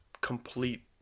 complete